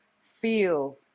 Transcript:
feel